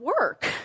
work